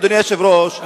אדוני היושב-ראש,